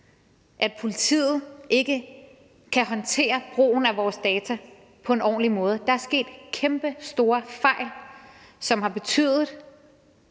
at politiet ikke kan håndtere brugen af vores data på en ordentlig måde. Der er sket kæmpestore fejl, som har betydet,